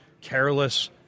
careless